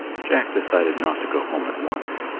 jack decided not to go home at once.